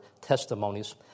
testimonies